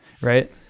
Right